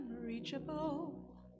unreachable